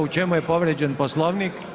U čemu je povrijeđen Poslovnik?